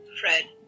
Fred